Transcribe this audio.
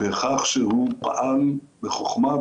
בכך שהוא פעל בחכמה,